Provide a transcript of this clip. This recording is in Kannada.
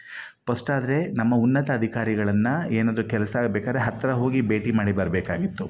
ಪಸ್ಟ್ ಆದರೆ ನಮ್ಮ ಉನ್ನತ ಅಧಿಕಾರಿಗಳನ್ನು ಏನಾದರೂ ಕೆಲಸ ಆಗ್ಬೇಕಾದ್ರೆ ಹತ್ರ ಹೋಗಿ ಭೇಟಿ ಮಾಡಿ ಬರಬೇಕಾಗಿತ್ತು